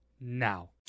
Now